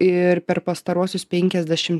ir per pastaruosius penkiasdešimt